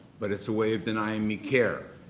but it's a way of denying me care.